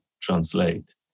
translate